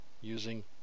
using